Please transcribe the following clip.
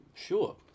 sure